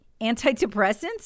antidepressants